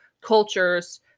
cultures